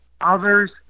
Others